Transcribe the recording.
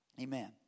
Amen